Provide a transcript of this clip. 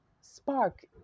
spark